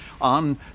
on